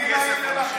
אני אסביר לכם,